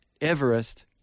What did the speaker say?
Everest